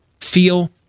feel